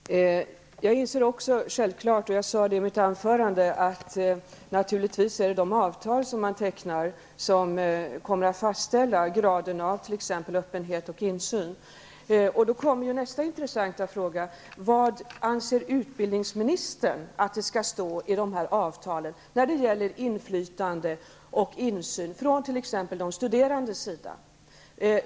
Fru talman! Jag inser också, som jag sade i mitt anförande, att det naturligtvis är de avtal som tecknas som kommer att fastställa graden av t.ex. öppenhet och insyn. Då kommer nästa intressanta fråga: Vad anser utbildningsministern att det skall stå i de här avtalen när det gäller inflytande och insyn från t.ex. de studerandes sida?